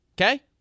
okay